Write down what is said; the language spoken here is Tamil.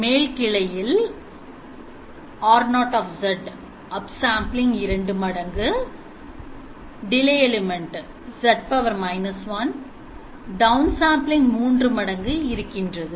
மேல் கிளையில் R0 upsampling 2 மடங்குz −1downsampling 3 மடங்கு இருக்கின்றது